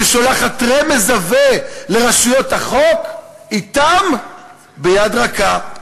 ששולחת רמז עבה לרשויות החוק: אִתם ביד רכה.